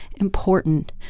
important